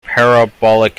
parabolic